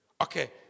Okay